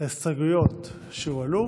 להסתייגויות שהועלו.